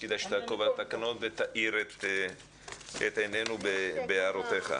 כדאי שתעקוב ותאיר את עינינו בהערותיך.